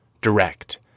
direct